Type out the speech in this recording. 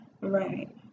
Right